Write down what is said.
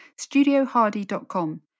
studiohardy.com